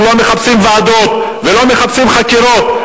אנחנו לא מחפשים ועדות, ולא מחפשים חקירות.